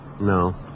No